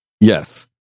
Yes